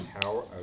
power